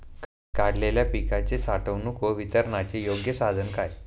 काढलेल्या पिकाच्या साठवणूक व वितरणाचे योग्य साधन काय?